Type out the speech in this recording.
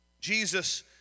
Jesus